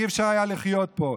לא היה אפשר לחיות פה.